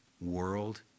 world